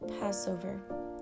Passover